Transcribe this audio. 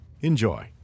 Enjoy